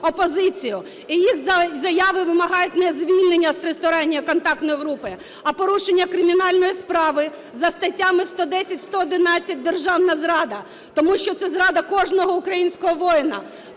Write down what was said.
І їх заяви вимагають не звільнення з Тристоронньої контактної групи, а порушення кримінальної справи за статтями 110, 111 – державна зрада. Тому що це зрада кожного українського воїна,